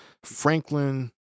Franklin